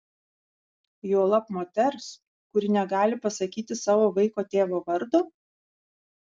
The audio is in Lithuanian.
juolab moters kuri negali pasakyti savo vaiko tėvo vardo